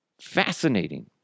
Fascinating